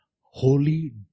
Holy